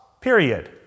Period